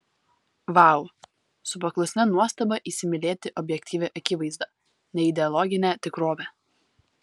vau su paklusnia nuostaba įsimylėti objektyvią akivaizdą neideologinę tikrovę